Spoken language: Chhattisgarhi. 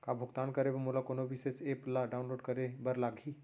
का भुगतान करे बर मोला कोनो विशेष एप ला डाऊनलोड करे बर लागही